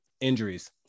injuries